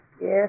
Yes